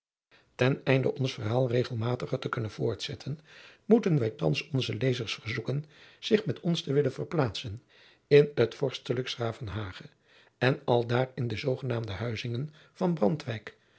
ten einde ons verhaal regelmatiger te kunnen voortzetten moeten wij thands onze lezers verzoeken zich met ons te willen verplaatsen in het vorstelijk s gravenhage en aldaar in de zoogenaamde huizinge van